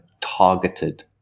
targeted